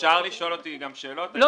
אפשר לשאול אותי גם שאלות.